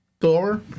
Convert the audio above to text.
Thor